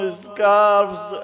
scarves